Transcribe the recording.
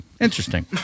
interesting